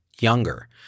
younger